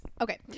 Okay